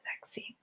vaccine